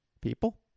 People